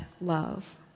love